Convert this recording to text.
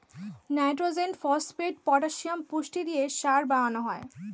nitrogen, phosphate, potassium পুষ্টি দিয়ে সার বানানো হয়